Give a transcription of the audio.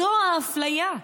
זו האפליה.